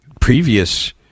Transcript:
previous